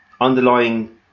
underlying